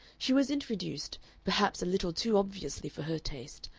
she was introduced, perhaps a little too obviously for her taste,